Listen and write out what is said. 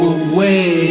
away